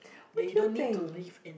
what do you think